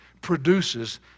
produces